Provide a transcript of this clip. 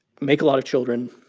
make a lot of children,